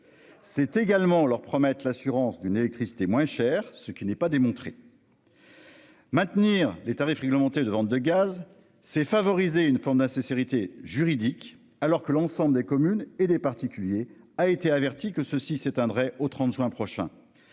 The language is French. C'est également leur promettre l'assurance d'une électricité moins cher. Ce qui n'est pas démontrée.-- Maintenir les tarifs réglementés de vente de gaz c'est favoriser une Fonda sincérité juridique alors que l'ensemble des communes et des particuliers a été avertie que ceux-ci s'étendrait au 30 juin prochain.